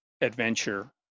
adventure